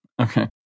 Okay